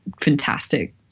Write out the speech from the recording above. fantastic